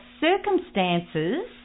circumstances